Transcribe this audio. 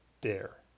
dare